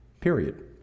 Period